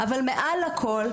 אבל מעל לכול,